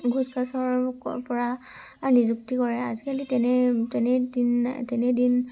ঘোচ ঘাচৰ পৰা নিযুক্তি কৰে আজিকালি তেনেই দিন নাই তেনেই দিন